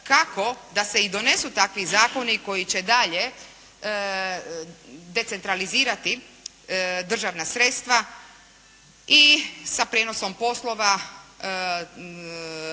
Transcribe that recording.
kako i da se donesu takvi zakoni koji će dalje decentralizirati državna sredstva i sa prijenosom poslova